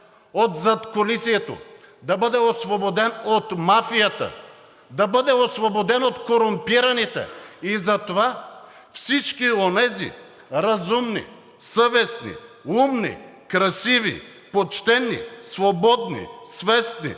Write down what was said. от задкулисието, да бъде освободен от мафията, да бъде освободен от корумпираните и затова всички онези разумни, съвестни, умни, красиви, почтени, свободни, свестни,